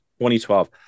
2012